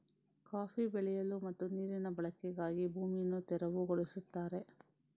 coffee ಬೆಳೆಯಲು ಮತ್ತು ನೀರಿನ ಬಳಕೆಗಾಗಿ ಭೂಮಿಯನ್ನು ತೆರವುಗೊಳಿಸುತ್ತಾರೆ